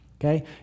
okay